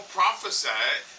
prophesied